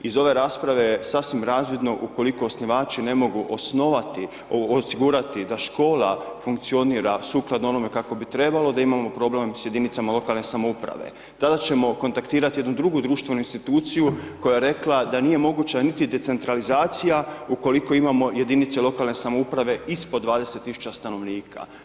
Iz ove rasprave sasvim je razvidno ukoliko osnivači ne mogu osnovati, osigurati da škola funkcionira sukladno onome kako bi trebalo, da imamo problem s jedinicama lokalne samouprave, tada ćemo kontaktirati jednu drugu društvenu instituciju, koja je rekla, da nije moguće niti decentralizacija, ukoliko imamo jedinice lokalne samouprave ispod 20 tisuća stanovnika.